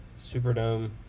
Superdome